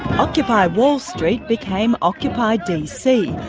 occupy wall street became occupy dc,